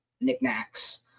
knickknacks